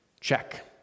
Check